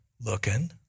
looking